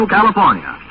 California